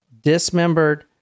dismembered